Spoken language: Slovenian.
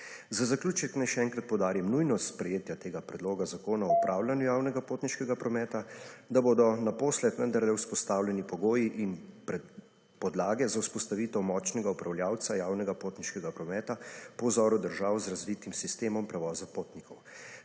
Za zaključek naj še enkrat poudarim nujnost sprejetja tega Predloga zakona / znak za konec razprave/ o upravljanju javnega potniškega prometa, da bodo naposled vendarle vzpostavljeni pogoji in podlage za vzpostavitev močnega upravljavca javnega potniškega prometa po vzoru držav z razvitim sistemom prevoza potnikov.